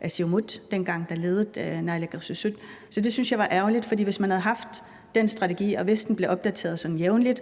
af Siumut, der dengang ledede naalakkersuisut. Så det syntes jeg var ærgerligt, for hvis man havde haft den strategi, og hvis den var blevet opdateret sådan jævnligt,